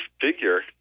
figure